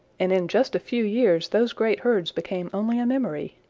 and in just a few years those great herds became only a memory.